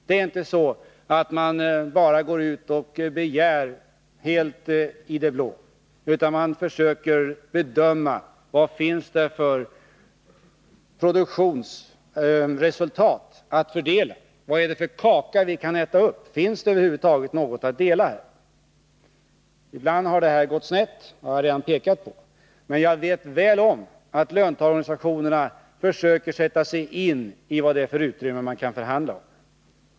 Det är inte så att man bara går ut och begär någonting helt i det blå, utan man försöker bedöma: Vad finns det för produktionsresultat att fördela? Vad är det för kaka vi kan äta upp? Finns det över huvud taget någonting att dela? Ibland har detta gått snett — det har jag redan pekat på. Men jag vet att löntagarorganisationerna försöker sätta sig in i vad det är för utrymme man kan förhandla om.